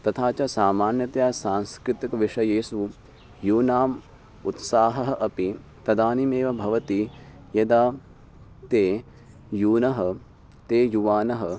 तथा च सामान्यतया सांस्कृतिकविषयेषु यूनाम् उत्साहः अपि तदानीमेव भवति यदा ते यूनां ते युवानः